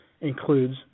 includes